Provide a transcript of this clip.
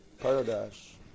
paradise